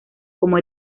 como